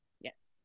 Yes